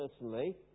personally